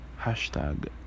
hashtag